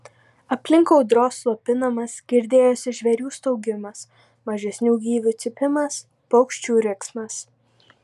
aplink audros slopinamas girdėjosi žvėrių staugimas mažesnių gyvių cypimas paukščių riksmas